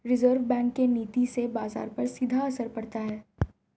reserve Bank के नीति से बाजार पर सीधा असर पड़ता है